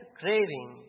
craving